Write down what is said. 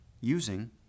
using